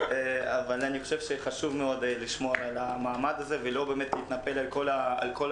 אבל אני חושב שחשוב מאוד לשמור על המעמד הזה ולא להתנפל על כל המערכת.